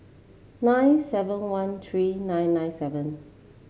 nine seven one three nine nine seven